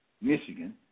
Michigan